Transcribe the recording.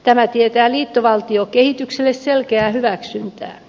tämä tietää liittovaltiokehitykselle selkeää hyväksyntää